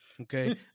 okay